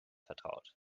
vertraut